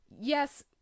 yes